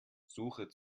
suche